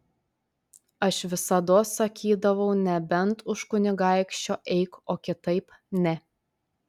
aš visados sakydavau nebent už kunigaikščio eik o kitaip ne